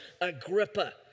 Agrippa